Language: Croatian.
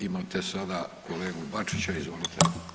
Imate sada kolegu Bačića, izvolite.